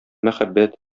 мәхәббәт